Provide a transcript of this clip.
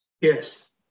Yes